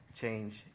change